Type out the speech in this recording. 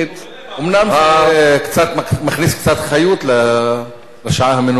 אומנם אתה מכניס קצת חיות לשעה המנומנמת,